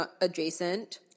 adjacent